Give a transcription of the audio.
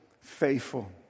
faithful